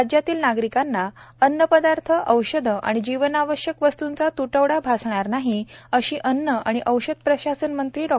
राज्यातील नागरिकांना अन्न पदार्थ औषधे आणि जीवनावश्यक वस्त्ंचा त्टवडा भासणार नाही अशी अन्न आणि औषध प्रशासन मंत्री डॉ